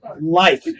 life